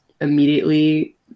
immediately